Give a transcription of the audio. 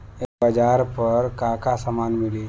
एग्रीबाजार पर का का समान मिली?